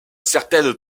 certaines